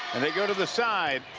they go to the side.